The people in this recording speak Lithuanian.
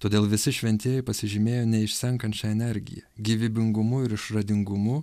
todėl visi šventieji pasižymėjo neišsenkančia energija gyvybingumu ir išradingumu